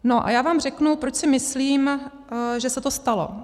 A já vám řeknu, proč si myslím, že se to stalo.